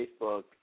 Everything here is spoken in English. Facebook